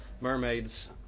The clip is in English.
Mermaids